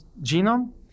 genome